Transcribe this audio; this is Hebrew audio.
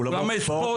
אולמות ספורט,